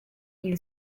you